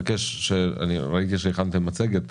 ראיתי שהכנתם מצגת